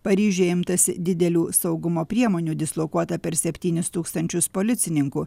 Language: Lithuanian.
paryžiuje imtasi didelių saugumo priemonių dislokuota per septynis tūkstančius policininkų